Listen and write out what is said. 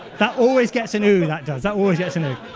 that always gets an ooh, that does, that always gets an ooh.